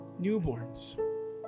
newborns